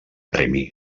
premi